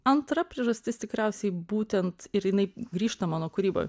antra priežastis tikriausiai būtent ir jinai grįžta mano kūryboj